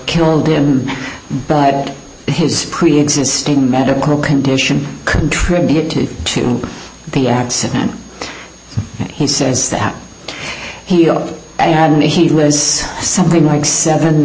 killed him but his preexisting medical condition contributed to the accident he says that he'll and he was something like seven